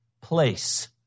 place